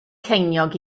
ceiniog